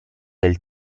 del